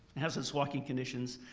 hazardous walking conditions,